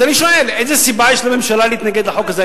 אז אני שואל: איזה סיבה יש לממשלה להתנגד לחוק הזה?